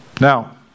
Now